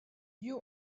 you